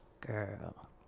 Girl